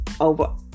over